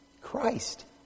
Christ